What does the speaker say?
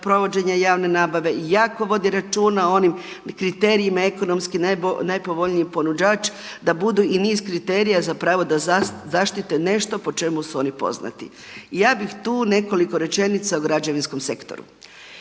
provođenja javne nabave i jako vode računa o onim kriterijima ekonomski najpovoljnijih ponuđača da budu i niz kriterija zapravo da zaštite nešto po čemu su oni poznati. Ja bih tu nekoliki rečenica o građevinskom sektoru.